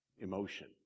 emotion